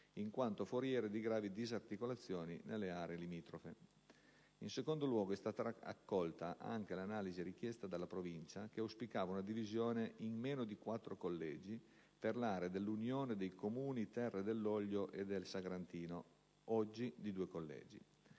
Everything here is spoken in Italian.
in quanto foriere di gravi disarticolazioni nelle aree limitrofe. In secondo luogo, è stata accolta anche l'analoga richiesta della Provincia che auspicava una divisione in «meno di quattro collegi» per l'area dell'unione dei Comuni delle «Terre dell'olio e del Sagrantino» (oggi di due collegi).